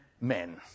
men